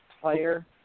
player